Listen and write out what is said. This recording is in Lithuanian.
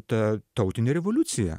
ta tautinė revoliucija